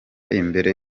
imbere